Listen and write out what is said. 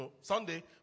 Sunday